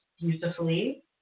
beautifully